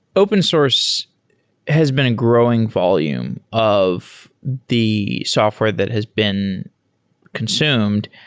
open source has been a growing volume of the software that has been consumed.